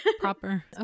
Proper